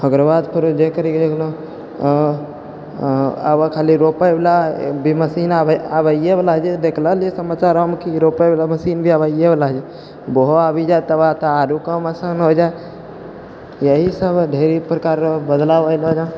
ओकर बाद फेर जे करि गेलौ अऽ आब खाली रोपैवला भी मशीन आबै आबैयेवला हय देखलहुँ समाचारोमे की रोपैवला मशीन भी अबैयेवला हय ओहो आबि जाइ तकरा बाद तऽ आरो काम आसान हो जाइ इएहे सब ढ़ेरी प्रकारो बदलाओ होइलो रऽ